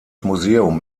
museum